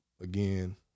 Again